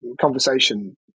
conversation